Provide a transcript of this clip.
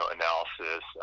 analysis